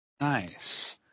Nice